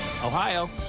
Ohio